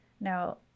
now